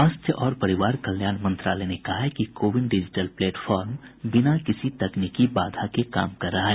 स्वास्थ्य और परिवार कल्याण मंत्रालय ने कहा है कि कोविन डिजिटल प्लेटफॉर्म बिना किसी तकनीकी बाधा के काम कर रहा है